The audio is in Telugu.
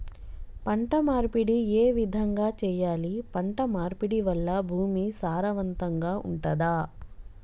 పంట మార్పిడి ఏ విధంగా చెయ్యాలి? పంట మార్పిడి వల్ల భూమి సారవంతంగా ఉంటదా?